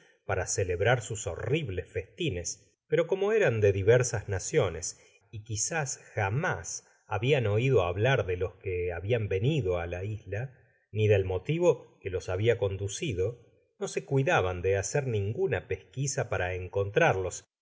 para celebrar sus horribles festines pero como eran de diversas naciones y quizás jamás habian oido hablar de los que habian venido a la isla ni del motivo que los habia conducido no se cuidaban de hacer ninguna pesquisa para encontrarlos